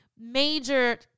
major